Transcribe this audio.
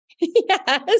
Yes